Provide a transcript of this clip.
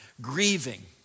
Grieving